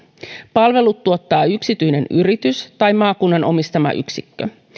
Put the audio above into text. palvelut tuottaa yksityinen yritys tai maakunnan omistama yksikkö